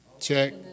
Check